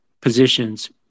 positions